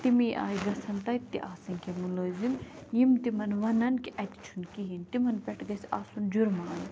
تمے آیہِ گَژھن تَتہِ تہِ آسٕنۍ کیٚنٛہہ مُلٲزِم یِم تِمَن وَنَن کہِ اَتہِ چھُنہٕ کِہیٖنۍ تِمَن پٮ۪ٹھ گَژھہِ آسُن جُرمانہٕ